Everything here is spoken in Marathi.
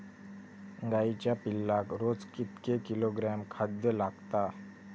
गाईच्या पिल्लाक रोज कितके किलोग्रॅम खाद्य लागता?